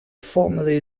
formally